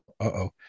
uh-oh